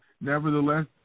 nevertheless